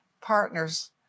partners